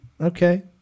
Okay